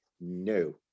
no